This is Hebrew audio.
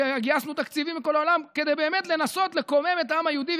גייסנו תקציבים מכל העולם כדי באמת לנסות לקומם את העם היהודי,